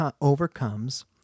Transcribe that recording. overcomes